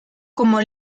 como